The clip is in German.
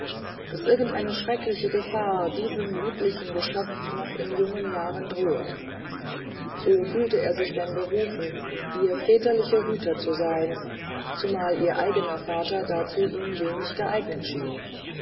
daß irgendeine schreckliche gefahr diesem lieblichen geschöpf noch in jungen jahren drohe so fühlte er sich denn berufen ihr väterlicher hüter zu sein zumal ihr eigener vater dazu ihm wenig geeignet schien